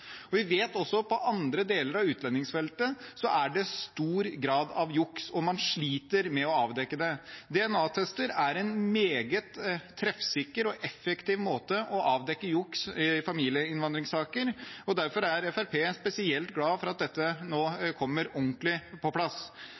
Vi vet også at det på andre deler av utlendingsfeltet er stor grad av juks, og man sliter med å avdekke det. DNA-tester er en meget treffsikker og effektiv måte å avdekke juks på i familieinnvandringssaker, og derfor er Fremskrittspartiet spesielt glad for at dette nå kommer ordentlig på plass.